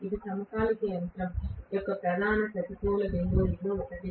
ఇది సమకాలిక యంత్రం యొక్క ప్రధాన ప్రతికూల బిందువులలో ఒకటి